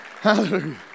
Hallelujah